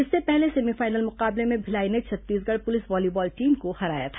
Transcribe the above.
इससे पहले सेमीफाइनल मुकाबले में भिलाई ने छत्तीसगढ़ पुलिस वॉलीबॉल टीम को हराया था